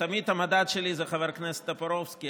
תמיד המדד שלי זה חבר הכנסת טופורובסקי,